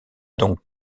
donc